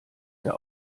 der